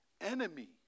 enemy